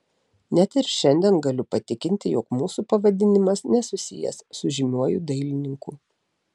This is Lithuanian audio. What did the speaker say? net ir šiandien galiu patikinti jog mūsų pavadinimas nesusijęs su žymiuoju dailininku